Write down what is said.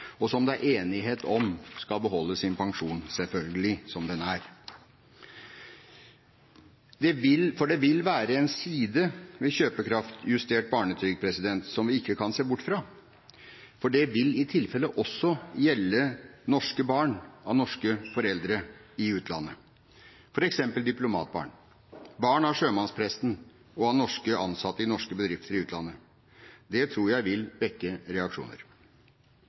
og som det er enighet om at skal beholde sin pensjon, selvfølgelig, som den er. For det vil være en side ved kjøpekraftjustert barnetrygd som vi ikke kan se bort fra – det vil i tilfelle også gjelde norske barn av norske foreldre i utlandet, f.eks. diplomatbarn, barn av sjømannspresten og av norske ansatte i norske bedrifter i utlandet. Det tror jeg vil vekke reaksjoner.